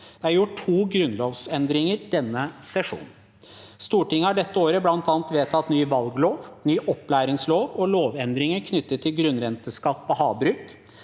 Det er gjort to grunnlovsendringer denne sesjonen. Stortinget har dette året bl.a. vedtatt ny valglov, ny opplæringslov og lovendringer knyttet til grunnrenteskatt på havbruk.